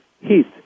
heat